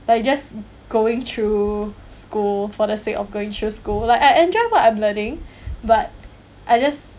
but I just going through school for the sake of going through school like I I enjoy what I'm learning but I just